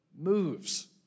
moves